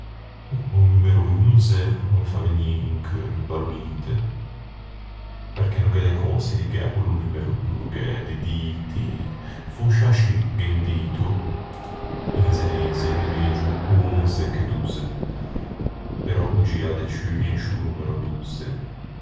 O numero unze o no me fa vegnî in cheu un bello ninte, perché no gh'é de cöse ligou à quello numero, no gh'é di diti... Fòscia scì, gh'é un dito in zeneise: l'é megio onze che dozze. Però o gia de ciù in sciô numero dozze.